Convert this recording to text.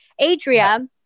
Adria